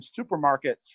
supermarkets